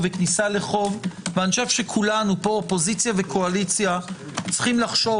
ואני חושב שכולנו פה קואליציה ואופוזיציה צריכים לחשוב